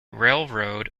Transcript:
railroad